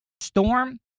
storm